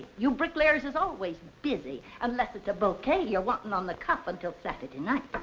you bricklayers is always busy. unless it's a bouquet you're wanting on the cup until saturday night.